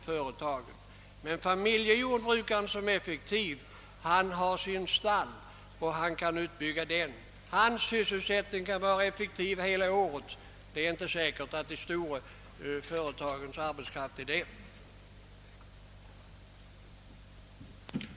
Men en familjejordbrukare har sitt stall att sköta och kan arbeta effektivt under hela året. Det är inte säkert att de stora jordbruksföretagens arbetskraft kan göra det.